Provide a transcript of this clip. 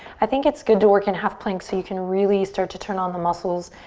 i think it's good to work in half plank so you can really start to turn on the muscles